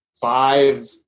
five